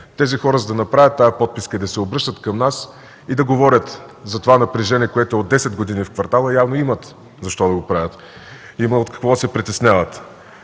Тези хора, за да направят тази подписка и да се обръщат към нас, и да говорят за това напрежение, което е от 10 години в квартала, явно има защо да го правят, има от какво да се притесняват.